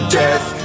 death